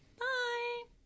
bye